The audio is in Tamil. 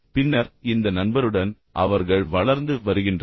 பின்னர் இந்த நண்பருடன் அவர்கள் வளர்ந்து வருகின்றனர்